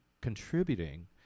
contributing